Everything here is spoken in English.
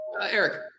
Eric